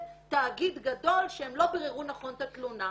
תאגיד גדול על שהם לא ביררו נכון את התלונה,